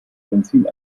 benzin